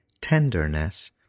tenderness